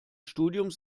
studiums